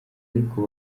ariko